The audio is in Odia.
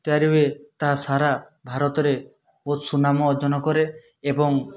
ତାରି ୱେ ତା ସାରା ଭାରତରେ ବହୁତ ସୁନାମ ଅର୍ଜନ କରେ ଏବଂ